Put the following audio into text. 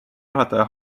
juhataja